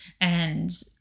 and-